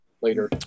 later